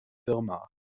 firma